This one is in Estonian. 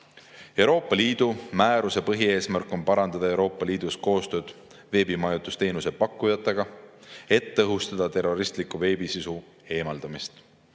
jaoks. Euroopa Liidu määruse põhieesmärk on parandada Euroopa Liidus koostööd veebimajutusteenuse pakkujatega, et tõhustada terroristliku veebisisu eemaldamist.